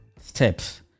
steps